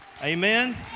amen